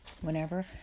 Whenever